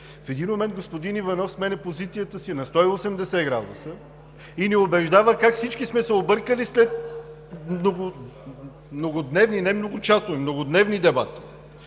В един момент господин Иванов сменя позицията си на 180 градуса и ни убеждава как всички сме се объркали след многодневни, не